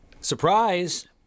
Surprise